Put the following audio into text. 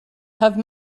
have